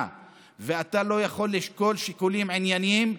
ואתה לא יכול לשקול שיקולים ענייניים.